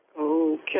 Okay